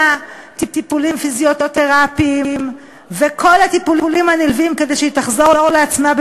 טיפולים פיזיותרפיים ואת כל הטיפולים הנלווים כדי שהיא תחזור לעצמה.